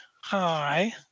Hi